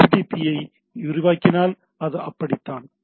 ஐ விரிவாக்கினால் அது அப்படித்தான் இருக்கும்